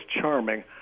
charming